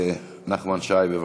נחמן שי, בבקשה,